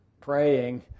Praying